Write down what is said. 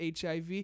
HIV